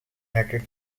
united